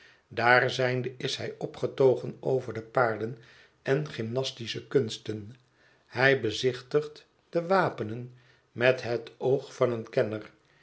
daar zijnde is hij opgetogen over de paarden en gymnastische kunsten hij bezichtigt de wapenen met het oog van een kenner